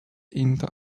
into